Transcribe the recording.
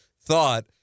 thought